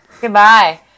Goodbye